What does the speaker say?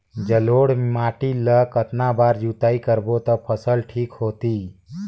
जलोढ़ माटी ला कतना बार जुताई करबो ता फसल ठीक होती?